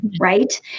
Right